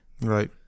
right